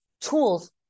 tools